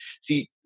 see